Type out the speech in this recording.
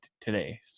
today